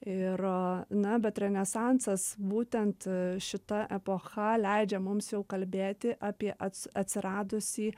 ir na bet renesansas būtent šita epocha leidžia mums jau kalbėti apie ats atsiradusį